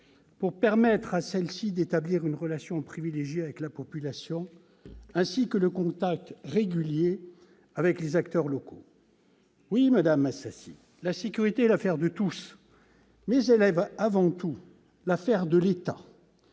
pour permettre à celle-ci d'établir une relation privilégiée avec la population, ainsi qu'un contact régulier avec les acteurs locaux. Oui, madame Assassi, la sécurité est l'affaire de tous, mais elle est avant tout l'affaire de l'État,